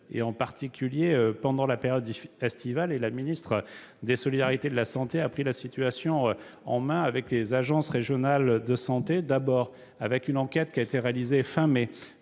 particulièrement pendant la période estivale. La ministre des solidarités et de la santé a pris la situation en main avec les agences régionales de santé. Une enquête a été réalisée fin mai